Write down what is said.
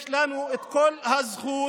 יש לנו את כל הזכות